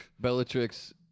bellatrix